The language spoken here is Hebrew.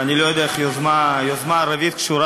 אני לא יודע איך היוזמה הערבית קשורה